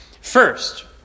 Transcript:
First